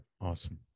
Awesome